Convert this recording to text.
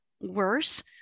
worse